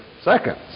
seconds